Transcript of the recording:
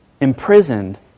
imprisoned